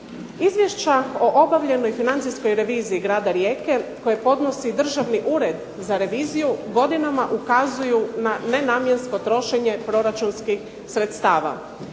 Izvješća o obavljenoj financijskoj reviziji grada Rijeke koji podnosi Državni ured za reviziju godinama ukazuju na nenamjensko trošenje proračunskih sredstava.